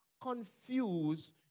confuse